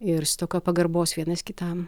ir stoka pagarbos vienas kitam